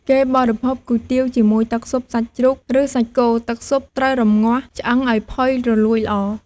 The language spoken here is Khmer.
គេបរិភោគគុយទាវជាមួយទឹកស៊ុបសាច់ជ្រូក ឬសាច់គោ ទឹកស៊ុបត្រូវរម្ងាស់ឆ្អឹងឲ្យផុយរលួយល្អ។